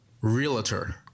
realtor